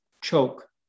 choke